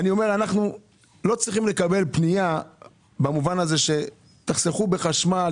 אנחנו לא צריכים לקבל פנייה שאומרת תחסכו בחשמל.